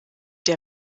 der